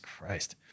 Christ